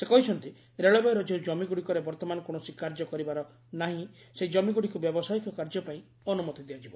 ସେ କହିଛନ୍ତି ରେଳବାଇର ଯେଉଁ ଜମିଗୁଡ଼ିକରେ ବର୍ତ୍ତମାନ କୌଣସି କାର୍ଯ୍ୟ କରିବାର ନାହିଁ ସେହି ଜମିଗୁଡ଼ିକୁ ବ୍ୟବସାୟିକ କାର୍ଯ୍ୟ ପାଇଁ ଅନୁମତି ଦିଆଯିବ